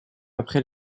après